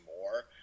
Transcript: more